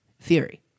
theory